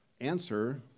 answer